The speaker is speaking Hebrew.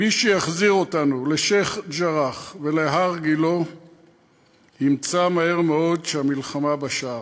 מי שיחזיר אותנו לשיח'-ג'ראח ולהר-גילה ימצא מהר מאוד שהמלחמה בשער,